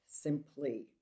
simply